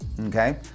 okay